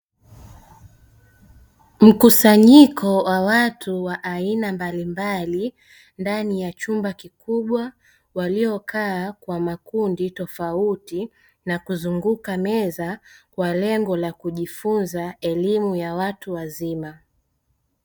Mkusanyiko wa watu wa aina mbalimbali ndani ya chumba kikubwa walio kaa kwa makundi tofauti na kuzunguka meza kwa lengo la kujifunza elimu ya watu wazima.